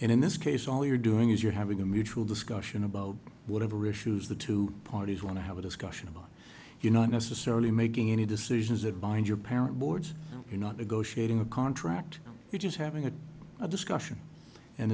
and in this case all you're doing is you're having a mutual discussion about whatever issues the two parties want to have a discussion about you not necessarily making any decisions that bind your parent boards you're not negotiating a contract you're just having a discussion and